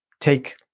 take